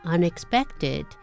Unexpected